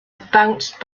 bounced